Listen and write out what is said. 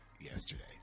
yesterday